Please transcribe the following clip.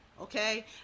okay